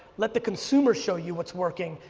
let the consumer show you what's working,